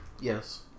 Yes